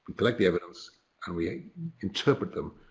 collect the evidence and we interpret them